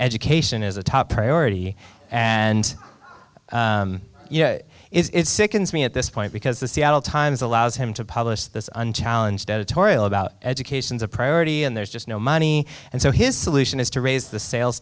education is a top priority and yeah it's sickens me at this point because the seattle times allows him to publish this unchallenged editorial about education's a priority and there's just no money and so his solution is to raise the sales